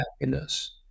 happiness